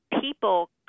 people